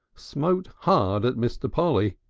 smote hard at mr. polly.